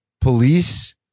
police